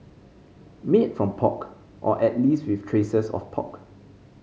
made from pork or at least with traces of pork